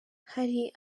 hari